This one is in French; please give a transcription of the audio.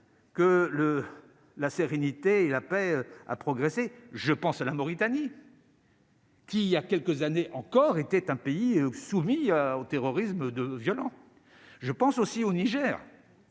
le la sérénité et la paix, a progressé, je pense à la Mauritanie. Il y a quelques années encore, était un pays soumis au terrorisme, de violents, je pense aussi au Niger.